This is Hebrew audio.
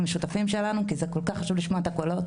המשותפים שלנו כי זה כל כך חשוב לשמוע את הקולות